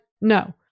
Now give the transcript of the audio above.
no